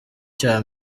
cya